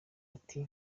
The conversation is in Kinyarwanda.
ati